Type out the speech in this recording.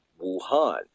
Wuhan